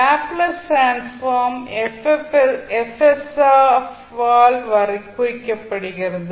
Laplace transform F ஆல் குறிக்கப்படுகிறது